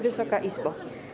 Wysoka Izbo!